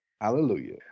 Hallelujah